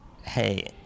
hey